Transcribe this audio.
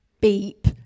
beep